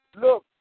look